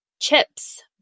chips